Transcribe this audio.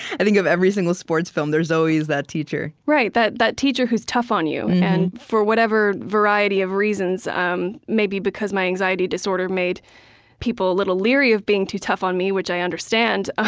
i think of every single sports film. there's always that teacher right. that that teacher who's tough on you. and for whatever variety of reasons um maybe because my anxiety disorder made people a little leery of being too tough on me, which i understand, ah